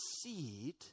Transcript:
seed